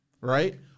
right